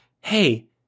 hey